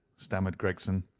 stammered gregson.